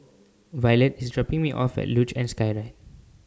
Violette IS dropping Me off At Luge and Skyride